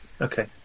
Okay